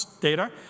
data